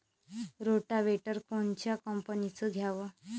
Rotavator कोनच्या कंपनीचं घ्यावं?